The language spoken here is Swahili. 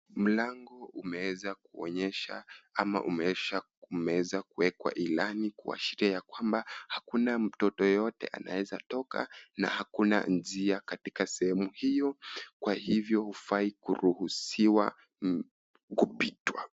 Mlango umeeza kuonyesha kama umeeza kuwekwa ilani kwa stare kwamba hakuna mtoto yeyote anaeza toka na hakuna njia katika sehemu hiyo kwa hivyo hufai kuruhusiwa kupitwa.